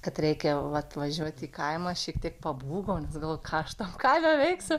kad reikia va atvažiuoti į kaimą šiek tiek pabūgau nes galvojau ką aš tam kaime veiksiu